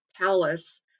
palace